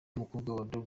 mukobwa